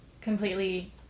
completely